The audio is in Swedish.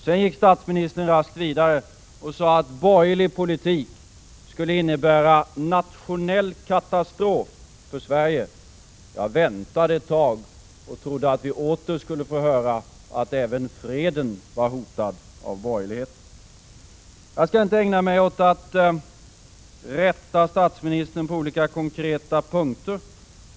Sedan gick statsministern raskt vidare och sade att borgerlig politik skulle innebära nationell katastrof för Sverige. Jag väntade ett tag och trodde att vi skulle få höra att även freden var hotad av borgerligheten. Jag skall inte ägna mig åt att rätta statsministern på olika konkreta punkter.